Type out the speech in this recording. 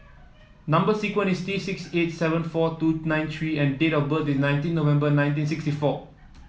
number sequence is T six eight seven four two nine three G and date of birth is nineteen November nineteen sixty four